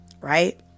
right